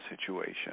situation